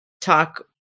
talk